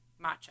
matcha